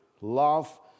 Love